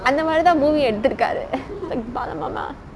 அந்த மாரிதா:antha maarithaa movie எடுத்துருக்காரு:eduthurukaaru like bala mama